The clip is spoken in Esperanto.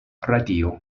radio